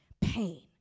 pain